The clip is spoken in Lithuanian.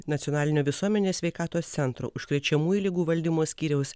nacionalinio visuomenės sveikatos centro užkrečiamųjų ligų valdymo skyriaus